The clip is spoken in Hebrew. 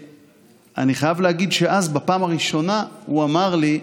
אני חייב להגיד שאז בפעם הראשונה הוא אמר לי: